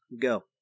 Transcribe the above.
Go